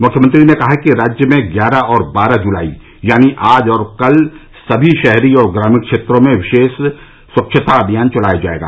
मुख्यमंत्री ने कहा कि राज्य में ग्यारह और बारह जुलाई यानी आज और कल सभी शहरी और ग्रामीण क्षेत्रों में विशेष स्वच्छता अभियान चलाया जाएगा